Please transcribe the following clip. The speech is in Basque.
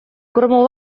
kromo